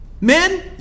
Men